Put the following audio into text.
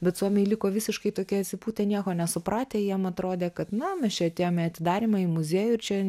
bet suomiai liko visiškai tokie atsipūtę nieko nesupratę jiem atrodė kad na mes čia atėjome į atidarymą į muziejų ir čia